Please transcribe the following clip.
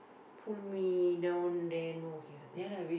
pull me down there no here no